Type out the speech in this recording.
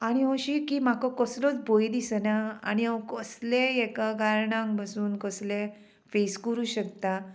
आनी अशी की म्हाका कसलोच भंय दिसना आनी हांव कसलेय हेका कारणांक बसून कसले फेस करूं शकता